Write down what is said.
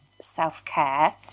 self-care